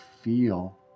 feel